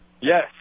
Yes